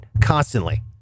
constantly